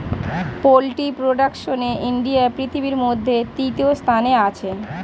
poultry প্রোডাকশনে India পৃথিবীর মধ্যে তৃতীয় স্থানে আছে